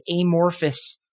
amorphous